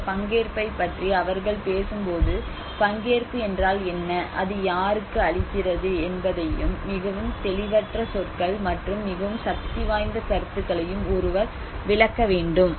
அந்த பங்கேற்பைப் பற்றி அவர்கள் பேசும்போது பங்கேற்பு என்றால் என்ன அது யாருக்கு அளிக்கிறது என்பதையும் மிகவும் தெளிவற்ற சொற்கள் மற்றும் மிகவும் சக்திவாய்ந்த கருத்துகளையும் ஒருவர் விளக்க வேண்டும்